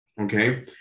okay